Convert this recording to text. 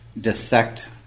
dissect